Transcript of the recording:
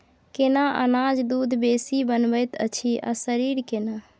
केना अनाज दूध बेसी बनबैत अछि आ शरीर केना?